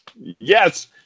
Yes